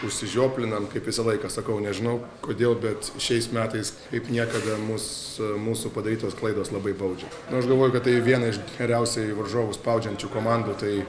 užsižioplinom kaip visą laiką sakau nežinau kodėl bet šiais metais kaip niekada mus mūsų padarytos klaidos labai baudžia aš galvoju kad tai viena iš geriausiai varžovus spaudžiančių komandų tai